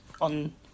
on